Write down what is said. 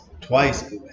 twice